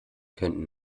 könnten